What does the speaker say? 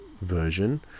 version